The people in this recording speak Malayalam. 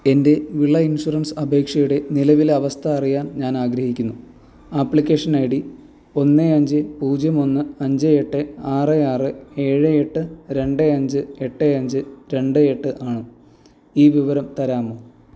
എൻ്റെ വിള ഇൻഷുറൻസ് അപേക്ഷയുടെ നിലവിലെ അവസ്ഥ അറിയാൻ ഞാൻ ആഗ്രഹിക്കുന്നു ആപ്ലിക്കേഷൻ ഐ ഡി ഒന്ന് അഞ്ച് പൂജ്യം ഒന്ന് അഞ്ച് എട്ട് ആറ് ആറ് ഏഴ് എട്ട് രണ്ട് അഞ്ച് എട്ട് അഞ്ച് രണ്ട് എട്ട് ആണ് ഈ വിവരം തരാമോ